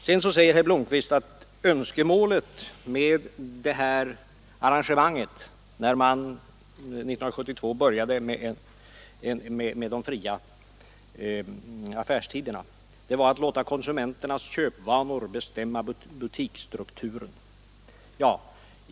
Sedan säger herr Blomkvist att syftet när man 1972 införde fria affärstider var att konsumenternas köpvanor skulle få bestämma butiksstrukturen.